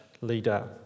leader